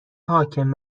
حاکم